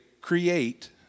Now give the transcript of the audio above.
create